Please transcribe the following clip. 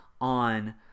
on